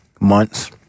months